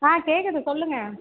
ஆ கேட்குது சொல்லுங்கள்